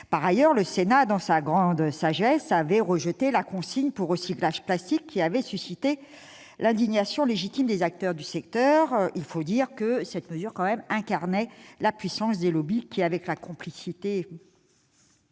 Par ailleurs, dans sa grande sagesse, le Sénat a rejeté la consigne pour recyclage plastique, qui suscitait l'indignation légitime des acteurs du secteur. Il faut le dire, cette mesure reflétait la puissance des lobbies qui, avec votre complicité,